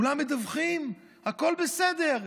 כולם מדווחים: הכול בסדר.